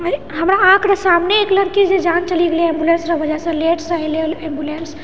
हमरा अहाँकेेँ सामने एक लड़की जे जान चलि गेलै एम्बुलेन्सरऽ वजहसँ लेटसँ एलै एलै एम्बुलेन्स